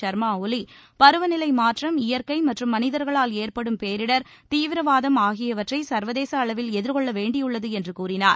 சர்மா ஒலி பருவநிலை மாற்றம் இயற்கை மற்றும் மனிதர்களால் ஏற்படும் பேரிடர் தீவிரவாதம் ஆகியவற்றை சர்வதேச அளவில் எதிர்கொள்ள வேண்டியுள்ளது என்று கூறினார்